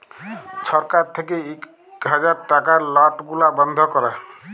ছরকার থ্যাইকে ইক হাজার টাকার লট গুলা বল্ধ ক্যরে